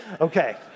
Okay